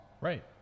Right